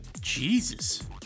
Jesus